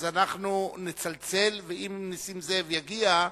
אז אנחנו נצלצל, ואם נסים זאב יגיע,